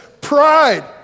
Pride